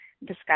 discuss